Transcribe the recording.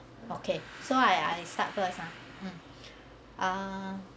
okay so I I start first ah mm ah